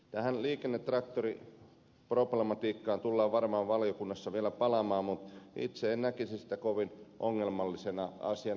tähän liikennetraktoriproblematiikkaan tullaan varmaan valiokunnassa vielä palaamaan mutta itse en näkisi sitä kovin ongelmallisena asiana